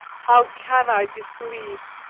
how can i disbelieve!